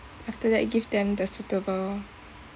after that give them the suitable